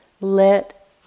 let